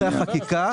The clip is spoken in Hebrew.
אחרי החקיקה,